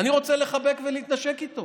ואני רוצה להתחבק ולהתנשק אתו.